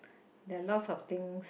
there lots of things